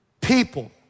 people